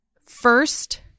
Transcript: first